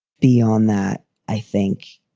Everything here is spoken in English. beyond that, i think.